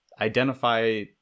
identify